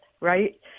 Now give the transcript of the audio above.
right